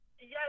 yes